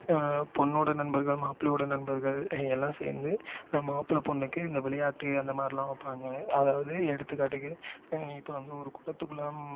பொண்ணோட நண்பர்கள் மாப்பிள்ளையோட நண்பர்கள் எல்லாம் சேர்ந்து மாப்பிள்ளை பொண்ணுக்கு இந்த விளையாட்டு அந்த மாதிரில்லாம் வைப்பாங்க அதாவது எடுத்துக்காட்டுக்கு இப்போ வந்து ஒரு குடத்துக்குள்ளார